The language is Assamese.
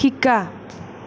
শিকা